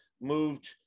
moved